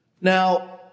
Now